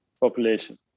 population